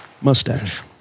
mustache